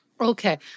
okay